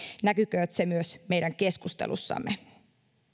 näkykööt ne myös meidän keskustelussamme